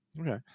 Okay